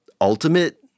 ultimate